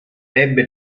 ebbe